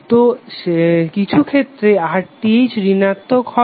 তো কিছুক্ষেত্রে RTh ঋণাত্মক হবে